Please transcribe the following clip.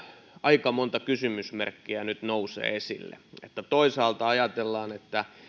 aika monta kysymysmerkkiä nyt nousee esille toisaalta ajatellaan että